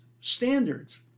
standards